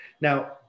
Now